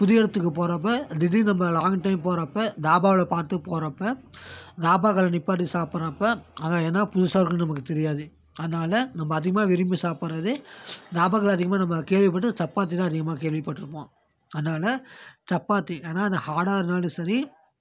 புது இடத்துக்கு போகிறப்ப திடீர்னு நம்ம லாங் ட்ரைவ் போகிறப்ப தாபாவில் பார்த்து போகிறப்ப தாபா கடையில் நிப்பாட்டி சாப்பிட்றப்ப அங்கே என்ன புதுசாக இருக்குன்னு நமக்கு தெரியாது அதனால் நம்ம அதிகமாக விரும்பி சாப்பிட்றதே தாபா கடையில் அதிகமாக நம்ம கேள்விப்பட்டது சப்பாத்தி தான் அதிகமாக கேள்விப்பட்டிருப்போம் அதனால் சப்பாத்தி ஆனால் அது ஹார்டாக இருந்தாலும் சரி